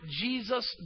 Jesus